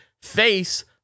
face